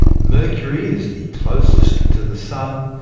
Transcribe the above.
mercury is the closest to the sun,